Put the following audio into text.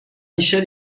michel